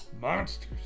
Monsters